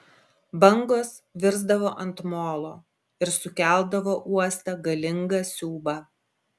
bangos virsdavo ant molo ir sukeldavo uoste galingą siūbą